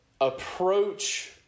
approach